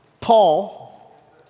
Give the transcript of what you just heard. Paul